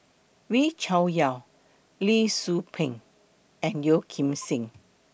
Wee Cho Yaw Lee Tzu Pheng and Yeo Kim Seng